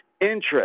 interest